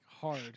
hard